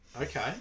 Okay